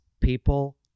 people